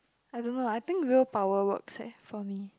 I don't know I think will power works eh for me